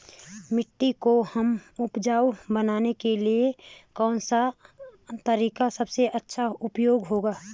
मिट्टी को हमें उपजाऊ बनाने के लिए कौन सा तरीका सबसे अच्छा उपयोगी होगा?